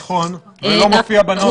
נכון, ולא מופיע בנוסח.